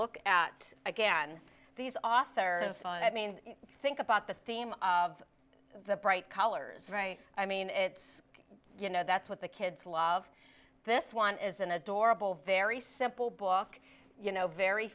look at again these author on i mean think about the theme of the bright colors right i mean it's you know that's what the kids love this one is an adorable very simple book you know very